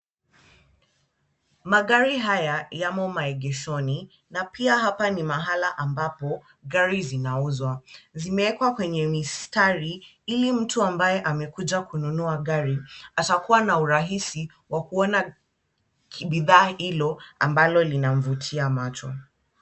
Magari haya yamo maegeshoni. Na pia hapa ni mahala ambapo gari zinauzwa. Zimewekwa kwenye mistari ili mtu ambaye amekuja kununua gari atakuwa na urahisi wa kuona kibidhaa hilo ambalo linamvutia macho.